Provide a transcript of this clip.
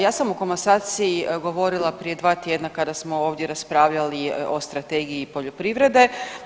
Ja sam o komasaciji govorila prije 2 tjedna kada smo ovdje raspravljali o strategiji poljoprivrede.